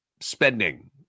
spending